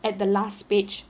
at the last page